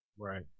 Right